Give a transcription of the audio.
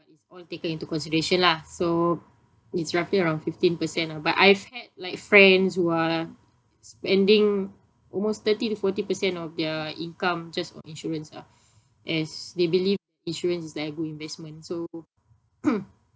it is all taken into consideration lah so it's roughly around fifteen percent ah but I've had like friends who are spending almost thirty to forty percent of their income just for insurance ah as they believe insurance is like a good investment so